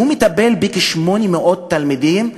הוא מטפל בכ-800 תלמידים,